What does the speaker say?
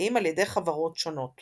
וצבעים על ידי חברות שונות.